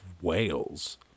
Wales